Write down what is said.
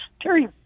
Terry